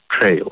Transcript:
trail